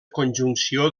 conjunció